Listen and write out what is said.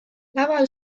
laval